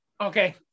Okay